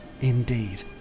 indeed